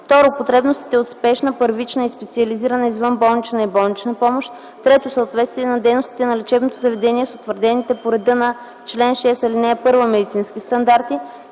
2. потребностите от спешна, първична и специализирана извънболнична и болнична помощ; 3. съответствие на дейността на лечебното заведение с утвърдените по реда на чл. 6, ал. 1 медицински стандарти;